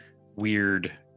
weird